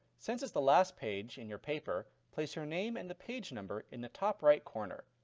since it's the last page in your paper, place your name and the page number in the top right corner.